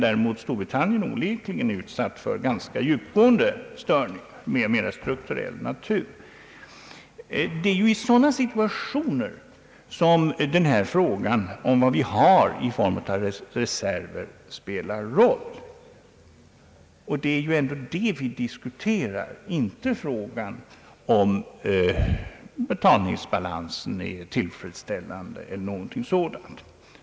Däremot är Storbritannien onekligen utsatt för ganska djupgående störningar av mera strukturell natur. Det är i sådana situationer som frågan om vad vi har i reserver spelar en roll. Och detta är ju ändå vad vi diskuterar — inte frågan om betalningsbalansen är tillfredsställande, eller någonting sådant.